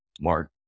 Mark